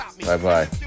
Bye-bye